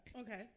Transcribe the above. Okay